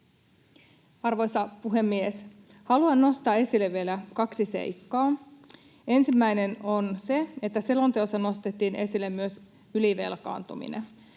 Arvoisa puhemies! Haluan nostaa esille vielä kaksi seikkaa. Ensimmäinen on se, että selonteossa nostettiin esille myös ylivelkaantuminen.